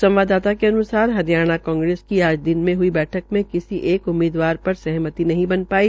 संवाददाता के अन्सार हरियाणा कांग्रेस की आज दिन में हई बैठक मे किसी एक उम्मीदवार र सहमति नहीं बन ाई